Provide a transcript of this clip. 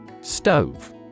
Stove